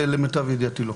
למיטב ידיעתי, לא.